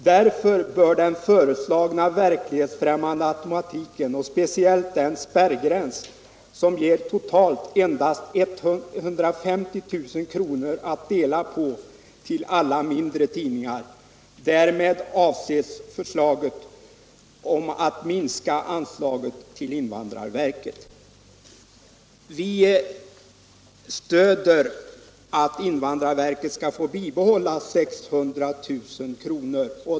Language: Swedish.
Därför bör den föreslagna verklighetsfrämmande automatiken och speciellt den spärrgräns, som ger totalt endast 150 000 kr. att dela på till alla mindre tidningar, slopas.” Därmed avses förslaget om att minska anslaget till invandrarverket. Vi stöder förslaget att invandrarverket får behålla sina 600 000 kr.